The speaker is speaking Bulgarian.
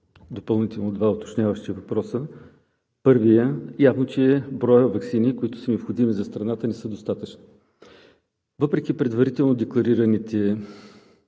допълнително два уточняващи въпроса. Първият – явно е, че броят ваксини, които са необходими за страната, не са достатъчни. Въпреки предварително декларираните